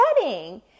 setting